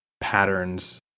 patterns